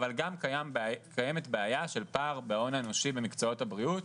אבל גם קיימת בעיה של פער בהון האנושי במקצועות הבריאות.